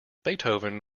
beethoven